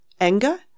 anger